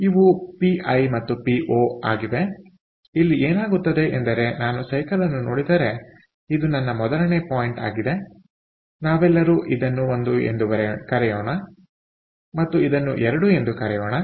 ಆದ್ದರಿಂದ ಇವು ಪಿಐಮತ್ತು ಪಿ0 ಆಗಿವೆ ಇಲ್ಲಿ ಏನಾಗುತ್ತದೆ ಎಂದರೆ ನಾನು ಸೈಕಲ್ಅನ್ನು ನೋಡಿದರೆ ಇದು ನನ್ನ ಮೊದಲನೇ ಪಾಯಿಂಟ್ ಆಗಿದೆ ನಾವೆಲ್ಲರೂ ಇದನ್ನು 1 ಎಂದು ಕರೆಯೋಣ ಮತ್ತು ಇದನ್ನು 2 ಎಂದು ಕರೆಯೋಣ